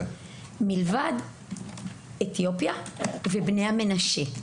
מלבד עולים מאתיופיה ובני מנשה,